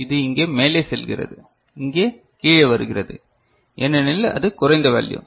இது இங்கே மேலே செல்கிறது இங்கே கீழே வருகிறது ஏனெனில் அது குறைந்த வேல்யூ